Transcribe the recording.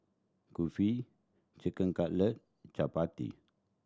Kulfi Chicken Cutlet Chapati